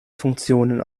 funktionen